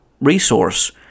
resource